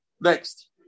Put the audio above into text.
Next